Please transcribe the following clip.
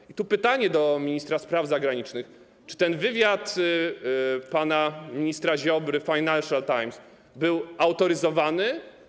I tu pytanie do ministra spraw zagranicznych: Czy ten wywiad pana ministra Ziobry w „Financial Times” był autoryzowany?